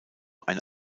ein